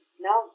now